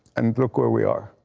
and look where we are.